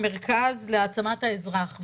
המרכז להעצמת האזרח.